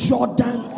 Jordan